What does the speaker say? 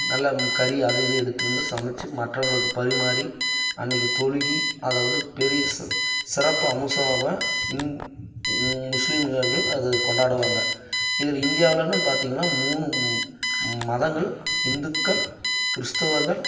நல்ல கறி அது இது எடுத்துகிட்டு வந்து சமைச்சி மற்றவங்களுக்கு பரிமாறி அன்னக்கு தொழுகி அதை வந்து பெரிய ச பெரிய சிறப்பு அம்சமாக முஸ்லிம்ன்னர்கள் அதை கொண்டாடுவாங்க இதில் இந்தியாலன்னு பார்த்திங்கன்னா மூணு மதங்கள் இந்துக்கள் கிறிஸ்தவர்கள்